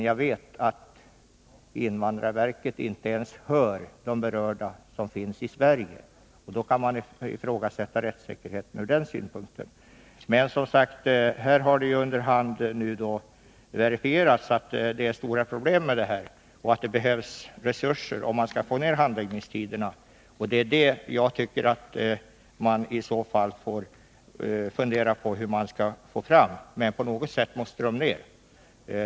Jag vet att invandrarverket inte ens hör de berörda som är i Sverige. Då kan man ifrågasätta rättssäkerheten ur den synpunkten. Det har här under hand verifierats att det är stora problem med detta och att det behövs resurser, om man skall få ner handläggningstiderna. Och det är detta man i så fall får fundera på. På något sätt måste de ner.